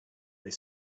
they